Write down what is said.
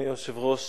אדוני היושב-ראש,